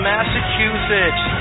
Massachusetts